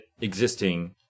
existing